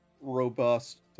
robust